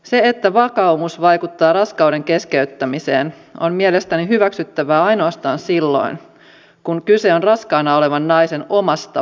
se että vakaumus vaikuttaa raskauden keskeyttämiseen on mielestäni hyväksyttävää ainoastaan silloin kun kyse on raskaana olevan naisen omasta vakaumuksesta